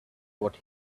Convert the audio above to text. what